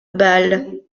bal